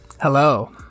Hello